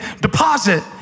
deposit